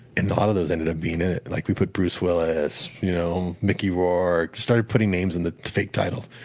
and a lot of those ended up being in it. like we put bruce willis, you know mickey rourke we started putting names in the fake titles.